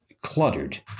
cluttered